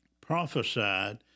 prophesied